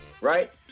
right